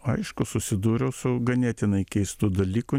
aišku susidūriau su ganėtinai keistu dalyku